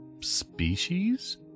species